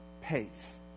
pace